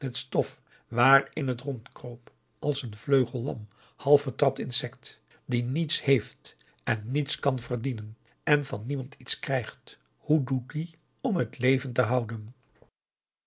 stof waarin het rondkroop als een vleugellam half vertrapt insect die niets heeft en niets kan verdienen en van niemand iets krijgt hoe doet die om het leven te houden